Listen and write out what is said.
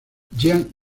jean